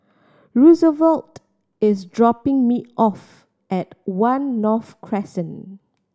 Roosevelt is dropping me off at One North Crescent